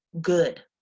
good